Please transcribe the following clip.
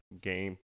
game